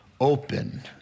open